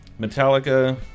Metallica